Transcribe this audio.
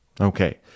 Okay